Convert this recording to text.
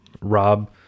Rob